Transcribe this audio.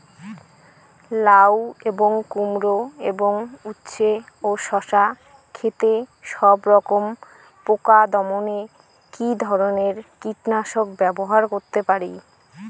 লাউ এবং কুমড়ো এবং উচ্ছে ও শসা ক্ষেতে সবরকম পোকা দমনে কী ধরনের কীটনাশক ব্যবহার করতে পারি?